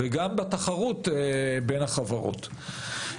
וגם בתחרות בין החברות.